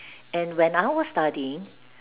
and when I was studying